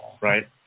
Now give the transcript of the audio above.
right